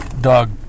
dog